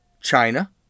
China